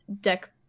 deck